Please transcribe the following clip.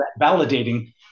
validating